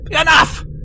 Enough